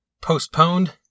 postponed